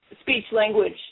speech-language